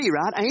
right